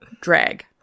drag